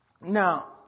Now